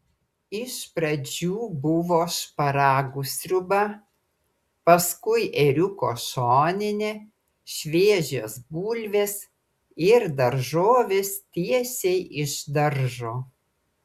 iš pradžių buvo šparagų sriuba paskui ėriuko šoninė šviežios bulvės ir daržovės tiesiai iš daržo